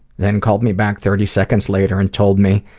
then called me back thirty seconds later and told me,